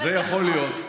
זה יכול להיות.